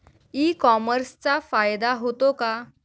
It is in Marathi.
ई कॉमर्सचा फायदा होतो का?